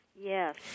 Yes